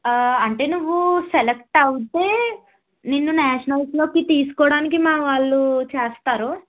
అంటే నువ్వు సెలెక్ట్ అయితే నిన్ను నేషనల్స్ లోకి తీసుకోవడానికి మా వాళ్ళు చేస్తారు